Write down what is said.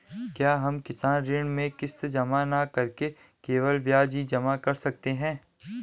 क्या हम किसान ऋण में किश्त जमा न करके केवल ब्याज ही जमा कर सकते हैं?